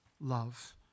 love